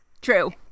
true